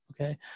okay